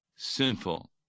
sinful